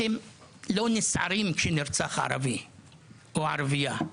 אתם לא נסערים כשנרצח ערבי או ערבייה.